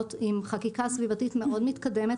מדינות עם חקיקה סביבתית מאוד מתקדמת.